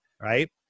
right